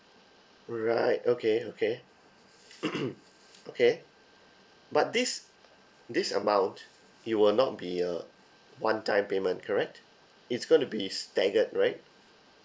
right okay okay okay but this this amount it will not be a one time payment correct it's gonna be staggered right